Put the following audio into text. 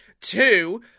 Two